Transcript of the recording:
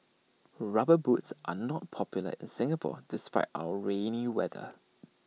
rubber boots are not popular in Singapore despite our rainy weather